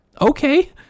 okay